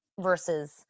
versus